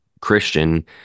Christian